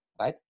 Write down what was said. right